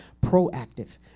proactive